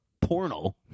porno